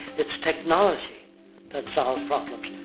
it's technology that solves problems,